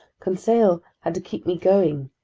conseil had to keep me going,